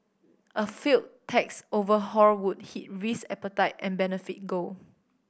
a failed tax overhaul would hit risk appetite and benefit gold